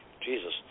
Jesus